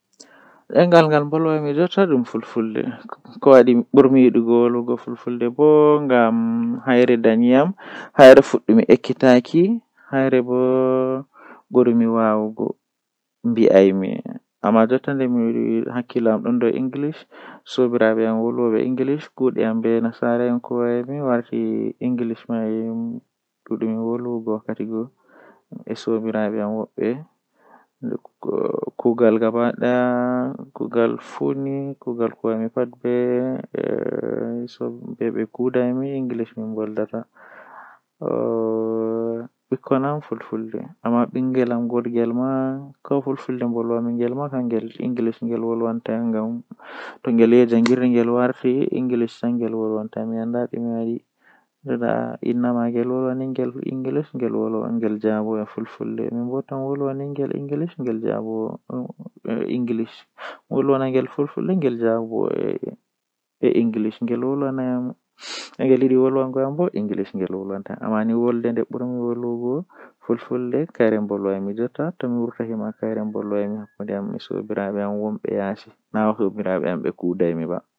Haa nyande mi wawan mi dilla jahangal kilomitaaji sappo.